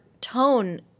tone